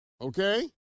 okay